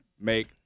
make